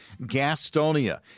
Gastonia